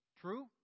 True